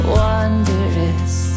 wondrous